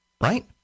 right